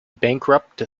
bankrupt